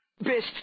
Best